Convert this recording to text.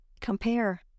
Compare